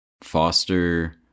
foster